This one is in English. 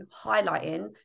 highlighting